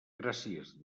gràcies